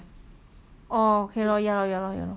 orh K lor ya lah ya lah ya lah